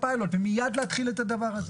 הפיילוט אלא מיד להתחיל את הדבר הזה.